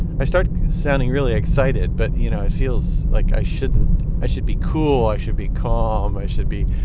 i start sounding really excited, but, you know, it feels like i should i should be cool. i should be calm. i should be,